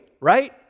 right